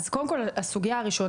אז קודם כול הסוגיה הראשונה,